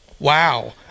Wow